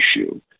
issue